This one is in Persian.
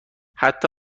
حتی